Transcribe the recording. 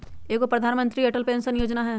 एगो प्रधानमंत्री अटल पेंसन योजना है?